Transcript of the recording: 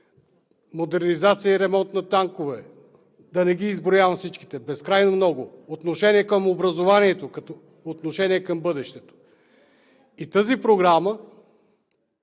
модернизация и ремонт на танкове, да не ги изброявам всичките, безкрайно много; отношение към образованието като отношение към бъдещето. Тази програма